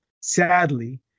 sadly